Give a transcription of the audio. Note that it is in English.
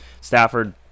stafford